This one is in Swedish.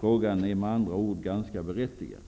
Frågan är med andra ord ganska berättigad.